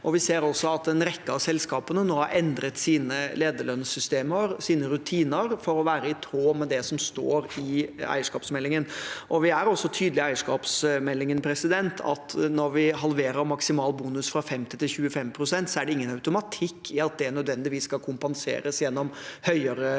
Vi ser også at en rekke av selskapene nå har endret sine lederlønnssystemer, sine rutiner, for å være i tråd med det som står i eierskapsmeldingen. Vi er også tydelige i eierskapsmeldingen på at når vi halverer maksimal bonus fra 50 pst. til 25 pst., er det ingen automatikk i at det nødvendigvis skal kompenseres gjennom høyere